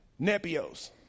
Nepios